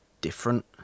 different